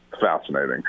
fascinating